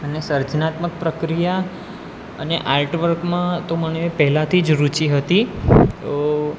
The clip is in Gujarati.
અને સર્જનાત્મક પ્રક્રિયા અને આર્ટ વર્કમાં તો મને પહેલાંથી જ રુચિ હતી તો